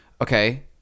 Okay